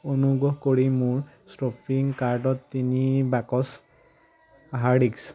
অনুগ্ৰহ কৰি মোৰ শ্বপিং কাৰ্টত তিনি বাকচ হাৰ্সীছ